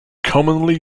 commonly